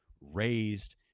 raised